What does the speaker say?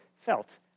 felt